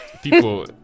People